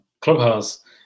Clubhouse